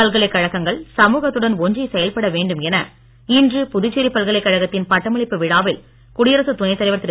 பல்கலைக் கழகங்கள் சமூகத்துடன் ஒன்றி செயல்பட வேண்டும் என இன்று புதுச்சேரி பல்கலைக் கழகத்தின் பட்டமளிப்பு விழாவில் குடியரசுத் துணைத் தலைவர் திரு